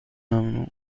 ممنوع